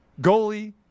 goalie